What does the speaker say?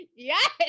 Yes